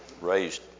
raised